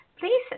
please